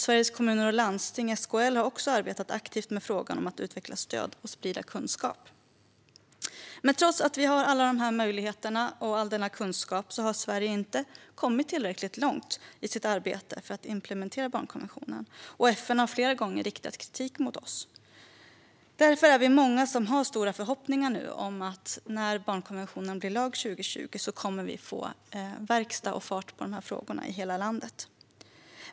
Sveriges Kommuner och Landsting, SKL, har också arbetat aktivt med frågan om att utveckla stöd och sprida kunskap. Men trots att vi har alla dessa möjligheter och all denna kunskap har Sverige inte kommit tillräckligt långt i sitt arbete med att implementera barnkonventionen. FN har flera gånger riktat kritik mot oss. Därför är vi många som har stora förhoppningar om att vi, när barnkonventionen blir lag 2020, kommer att få verkstad och fart på dessa frågor i hela landet.